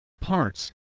parts